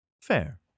Fair